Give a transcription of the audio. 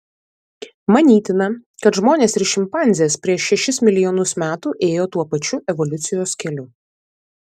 manytina kad žmonės ir šimpanzės prieš šešis milijonus metų ėjo tuo pačiu evoliucijos keliu